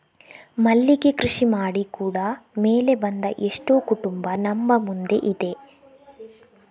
ಮಲ್ಲಿಗೆ ಕೃಷಿ ಮಾಡಿ ಕೂಡಾ ಮೇಲೆ ಬಂದ ಎಷ್ಟೋ ಕುಟುಂಬ ನಮ್ಮ ಮುಂದೆ ಇದೆ